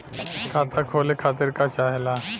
खाता खोले खातीर का चाहे ला?